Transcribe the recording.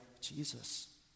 Jesus